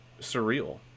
surreal